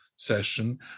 Session